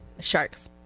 Sharks